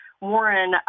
Warren